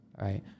right